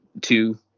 two